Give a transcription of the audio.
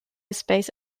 space